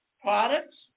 products